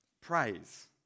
praise